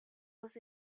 was